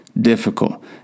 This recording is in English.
difficult